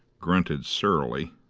grunted surlily,